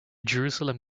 jerusalem